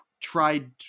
tried